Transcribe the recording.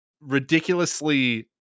ridiculously